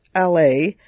LA